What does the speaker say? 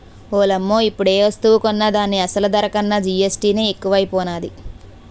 ఓలమ్మో ఇప్పుడేవస్తువు కొన్నా దాని అసలు ధర కన్నా జీఎస్టీ నే ఎక్కువైపోనాది